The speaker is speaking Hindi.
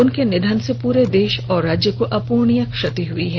उनके निधन से पूरे देश एवं राज्य को अपूरणीय क्षति हुई है